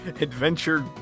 Adventure